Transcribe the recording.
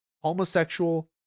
homosexual